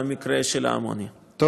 במקרה של האמוניה.